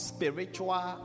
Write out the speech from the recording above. Spiritual